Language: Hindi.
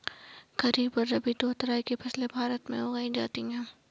खरीप और रबी दो तरह की फैसले भारत में उगाई जाती है